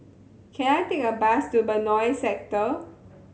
can I take a bus to Benoi Sector